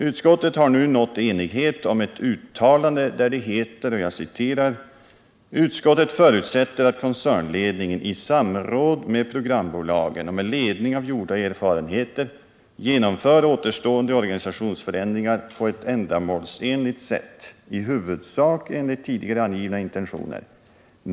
Utskottet har nu nått enighet om ett uttalande där det heter: ”Utskottet förutsätter att koncernledningen i samråd med programbolagen och med ledning av gjorda erfarenheter genomför återstående organisationsförändringar på ett ändamålsenligt sätt i huvudsak enligt tidigare angivna intentioner.